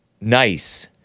Nice